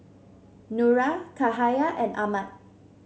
Nura Cahaya and Ahmad